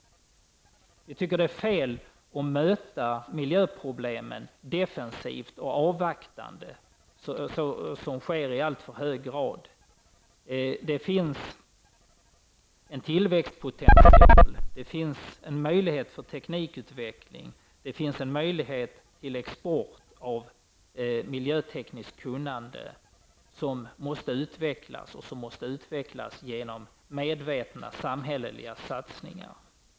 Vi anser att det är fel att möta miljöproblemen defensivt och avvaktande, vilket sker i alltför hög grad. Det finns en tillväxtpotential, en möjlighet för teknikutveckling och en möjlighet till export av miljötekniskt kunnande som måste utvecklas genom medvetna samhälleliga satsningar.